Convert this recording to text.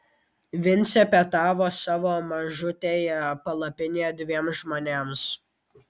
vincė pietavo savo mažutėje palapinėje dviem žmonėms